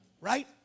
Right